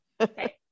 Okay